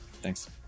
Thanks